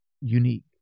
unique